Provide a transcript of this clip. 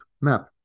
map